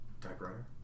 Typewriter